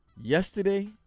Yesterday